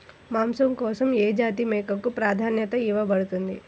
మాంసం కోసం ఏ జాతి మేకకు ప్రాధాన్యత ఇవ్వబడుతుంది?